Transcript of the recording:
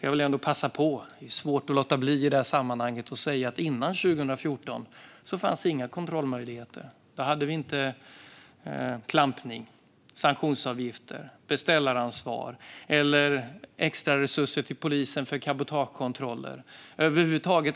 Jag vill passa på - det är svårt att låta bli i det här sammanhanget - att säga att före 2014 fanns inga kontrollmöjligheter. Då hade vi inte klampning, sanktionsavgifter, beställaransvar eller extraresurser till polisen för cabotagekontroller.